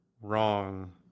wrong